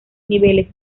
niveles